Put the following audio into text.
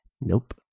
nope